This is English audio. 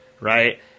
right